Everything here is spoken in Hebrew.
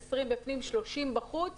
20 בפנים ו-30 בחוץ